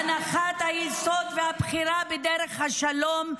הנחת היסוד והבחירה בדרך השלום,